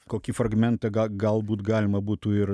kokį fragmentą ga galbūt galima būtų ir